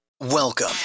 Welcome